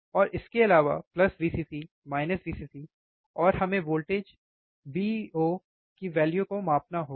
और इसके अलावा Vcc Vcc और हमें वोल्टेज Vo की वैल्यु को मापना होगा